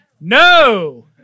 No